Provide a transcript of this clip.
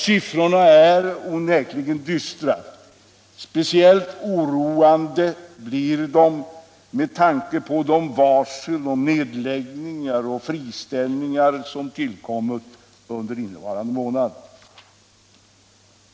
Siffrorna är onekligen dystra. Speciellt oroande blir de med tanke på de varsel om nedläggningar och friställningar som tillkommit under innevarande månad.